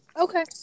Okay